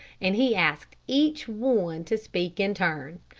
and he asked each one to speak in turn.